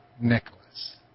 Nicholas